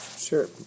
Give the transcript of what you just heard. Sure